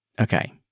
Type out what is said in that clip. Okay